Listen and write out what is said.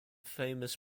famous